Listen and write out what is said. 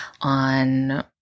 on